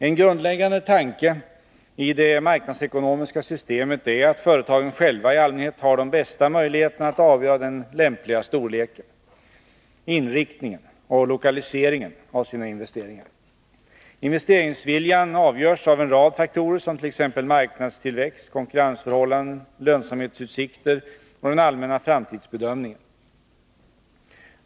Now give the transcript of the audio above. En grundläggande tanke i det marknadsekonomiska systemet är att företagen själva i allmänhet har de bästa möjligheterna att avgöra den lämpliga storleken, inriktningen och lokaliseringen av sina investeringar. Investeringsviljan avgörs av en rad faktorer som t.ex. marknadestillväxt, konkurrensförhållanden, lönsamhetsutsikter och den allmänna framtidsbedömningen.